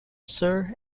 sir